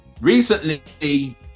Recently